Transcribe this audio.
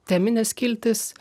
temines skiltis